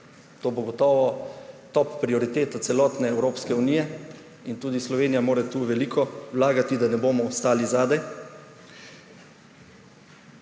to bo gotovo top prioriteta celotne Evropske unije in tudi Slovenija mora tu veliko vlagati, da ne bomo ostali zadaj.